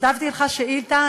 כתבתי לך שאילתה,